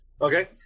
Okay